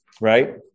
right